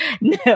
No